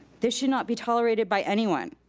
this should not be tolerated by anyone.